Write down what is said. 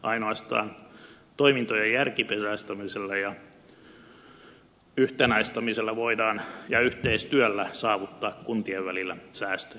ainoastaan toimintojen järkiperäistämisellä ja yhtenäistämisellä ja yhteistyöllä voidaan saavuttaa kuntien välillä säästöjä